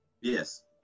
yes